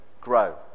grow